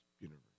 universe